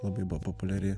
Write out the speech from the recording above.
labai populiari